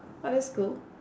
!wow! that's cool